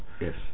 Yes